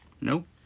Nope